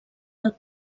del